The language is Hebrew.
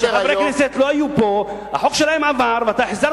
שחברי כנסת לא היו פה והחוק שלהם עבר ואתה החזרת